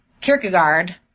Kierkegaard